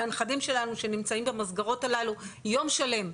על הנכדים שלנו שנמצאים במסגרות הללו יום שלם,